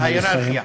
ההייררכיה